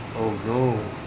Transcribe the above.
oh no